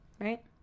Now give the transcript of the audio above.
right